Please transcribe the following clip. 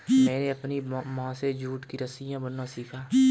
मैंने अपनी माँ से जूट की रस्सियाँ बुनना सीखा